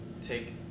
take